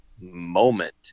moment